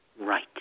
Right